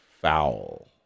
foul